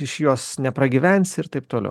iš jos nepragyvensi ir taip toliau